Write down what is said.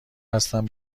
هستم